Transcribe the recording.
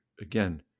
again